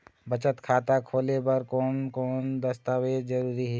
बचत खाता खोले बर कोन कोन दस्तावेज जरूरी हे?